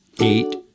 eight